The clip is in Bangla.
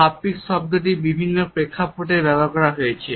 হ্যাপটিক্স শব্দটি বিভিন্ন প্রেক্ষাপটে ব্যবহার করা হয়েছে